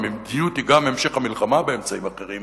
המדיניות היא גם המשך המלחמה באמצעים אחרים.